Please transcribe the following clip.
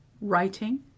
Writing